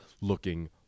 looking